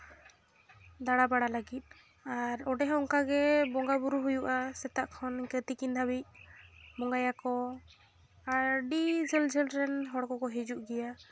ᱫᱟᱬᱟ ᱵᱟᱲᱟ ᱞᱟᱹᱜᱤᱫ ᱟᱨ ᱚᱸᱰᱮ ᱦᱚᱸ ᱚᱱᱠᱟᱜᱮ ᱵᱚᱸᱜᱟ ᱵᱳᱨᱳ ᱦᱩᱭᱩᱜᱼᱟ ᱥᱮᱛᱟᱜ ᱠᱷᱚᱱ ᱤᱱᱠᱟᱹ ᱛᱤᱠᱤᱱ ᱫᱷᱟᱹᱵᱤᱡ ᱵᱚᱸᱜᱟᱭᱟᱠᱚ ᱟᱹᱰᱤ ᱡᱷᱟᱹᱞ ᱡᱷᱟᱹᱞ ᱨᱮᱱ ᱦᱚᱲ ᱠᱚᱠᱚ ᱦᱤᱡᱩᱜ ᱜᱮᱭᱟ